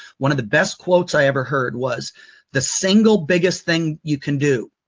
one of the best quotes i ever heard was the single biggest thing you can do,